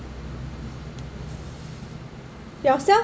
yourself